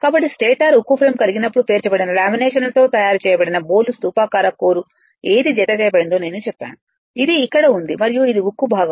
కాబట్టి స్టేటర్ ఉక్కు ఫ్రేమ్ కలిగి ఉన్నప్పటికీ పేర్చబడిన లామినేషన్లతో తయారు చేయబడిన బోలు స్థూపాకార కోర్ ఏది జతచేయబడిందో నేను చెప్పాను ఇది ఇక్కడ ఉంది మరియు ఇది ఉక్కు భాగం